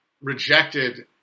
rejected